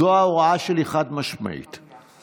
זו הוראה חד-משמעית שלי: